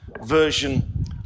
version